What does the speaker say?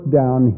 down